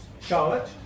Charlotte